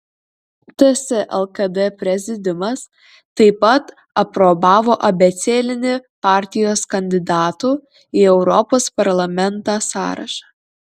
ts lkd prezidiumas taip pat aprobavo abėcėlinį partijos kandidatų į europos parlamentą sąrašą